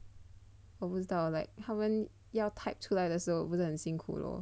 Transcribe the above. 我不知道 like 他们要 type 出来的时候不是很辛苦 lor